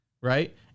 right